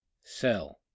sell